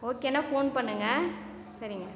ஓகேன்னா ஃபோன் பண்ணுங்கள் சரிங்க